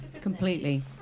Completely